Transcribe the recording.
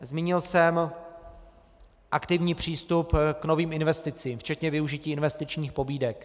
Zmínil jsem aktivní přístup k novým investicím, včetně využití investičních pobídek.